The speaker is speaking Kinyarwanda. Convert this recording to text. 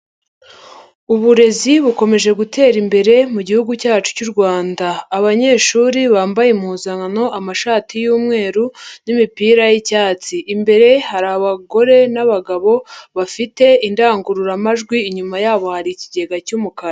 Uburezi bukomeje gutera imbere mu gihugu cyacu cy'u Rwanda. Abanyeshuri bambaye impuzankano, amashati y'umweru n'imipira y'icyatsi. Imbere hari abagore n'abagabo, bafite indangururamajwi, inyuma yabo hari ikigega cy'umukara.